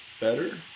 better